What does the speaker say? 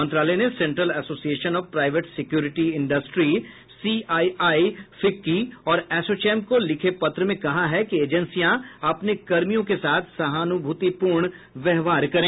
मंत्रालय ने central association of private security industry CII FICCI और एसोचेम को लिखे पत्र में कहा है कि एजेंसियां अपने कर्मियों के साथ सहानुभूतिपूर्ण व्यवहार करें